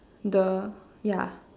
the ya